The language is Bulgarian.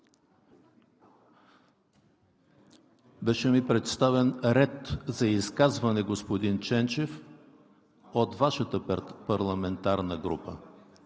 беше ми представен ред за изказване, господин Ченчев, от Вашата парламентарна група.